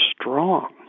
strong